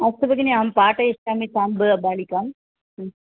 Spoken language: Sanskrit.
अस्तु भगिनि अहं पाठयिष्यामि तां बालिकाम्